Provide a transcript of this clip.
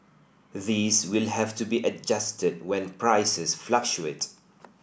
these will have to be adjusted when prices fluctuate